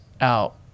out